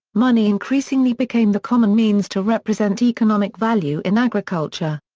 money increasingly became the common means to represent economic value in agriculture.